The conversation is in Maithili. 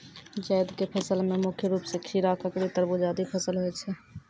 जैद क फसल मे मुख्य रूप सें खीरा, ककड़ी, तरबूज आदि फसल होय छै